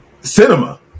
cinema